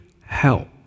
help